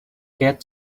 get